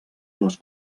les